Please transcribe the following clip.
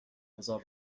بذار